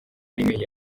rimwe